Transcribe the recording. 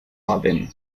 baden